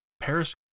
Paris